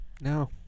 No